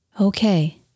Okay